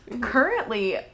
Currently